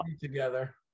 together